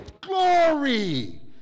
glory